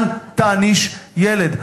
אל תעניש ילד.